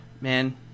man